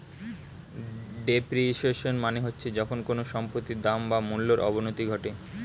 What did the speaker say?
depreciation মানে হচ্ছে যখন কোনো সম্পত্তির দাম বা মূল্যর অবনতি ঘটে